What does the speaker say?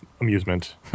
amusement